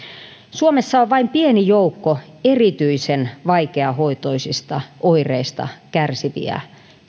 suomessa on vain pieni joukko erityisen vaikeahoitoisista oireista kärsiviä